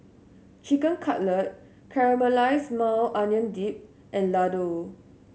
Chicken Cutlet Caramelized Maui Onion Dip and Ladoo